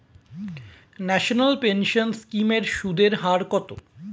National pension scheme এর সুদের হার কত?